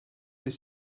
des